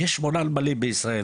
יש שמונה נמלים בישראל,